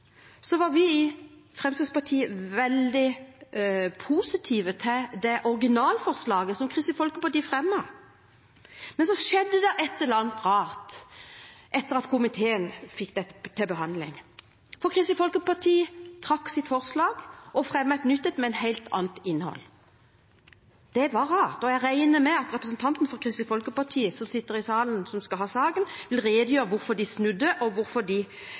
så skjedde det et eller annet rart etter at komiteen fikk dette til behandling, for Kristelig Folkeparti trakk sitt forslag og fremmet et nytt et med et helt annet innhold. Det var rart. Jeg regner med at representanten for Kristelig Folkeparti som sitter i salen, og som skal uttale seg i saken, vil redegjøre for hvorfor de snudde og